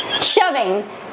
Shoving